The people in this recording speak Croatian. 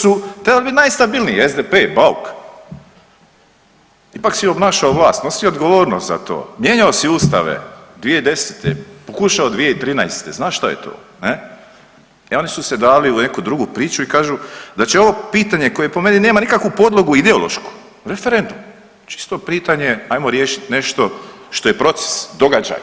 su, to je ovdje najstabilniji SDP, Bauk ipak si obnašao vlast nosio odgovornost za to, mijenjao si ustave 2010., pokušao 2013., zna šta je to ne, i oni su se dali u neku drugu priču i kažu da će ovo pitanje koje po meni nema nikakvu podlogu ideološku, referendum čito pitanje ajmo riješit nešto što je proces, događaj,